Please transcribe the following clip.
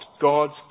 God's